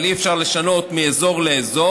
אבל לא היה אפשר לשנות מאזור לאזור,